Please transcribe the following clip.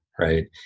Right